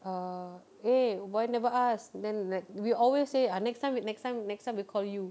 err eh why never ask then like we'll always say ah next time we next time next time we'll call you